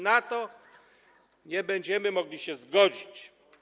Na to nie będziemy mogli się zgodzić.